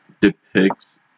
depicts